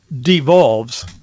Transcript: devolves